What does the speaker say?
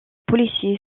policier